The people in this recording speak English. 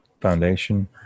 Foundation